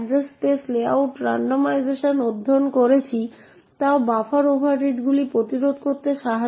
Indian নোটেশনে তাই আপনি এটি এখান থেকে শুরু করে করেছেন এটি 0804a040 যা s এর এড্রেস